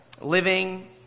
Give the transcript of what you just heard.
living